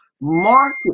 market